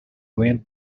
went